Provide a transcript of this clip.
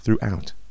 throughout